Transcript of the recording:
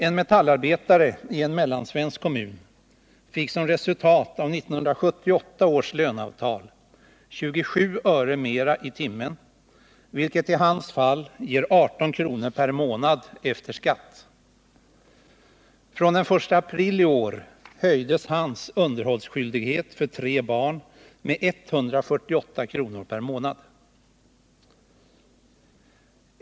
En metallarbetare i en mellansvensk kommun fick som resultat av 1978 års löneavtal 27 öre mera i timmen, vilket i hans fall ger 18 kr. per månad efter skatt. Från den 1 april i år höjdes hans underhållsskyldighet för 3 barn med 148 kr. per månad.